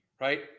right